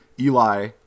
Eli